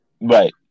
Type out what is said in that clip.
right